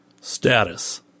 Status